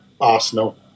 Arsenal